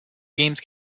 games